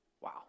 Wow